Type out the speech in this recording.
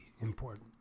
important